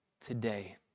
today